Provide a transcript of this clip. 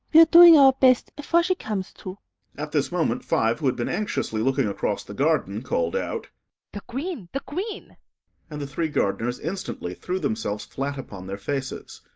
we're doing our best, afore she comes, to at this moment five, who had been anxiously looking across the garden, called out the queen! the queen and the three gardeners instantly threw themselves flat upon their faces.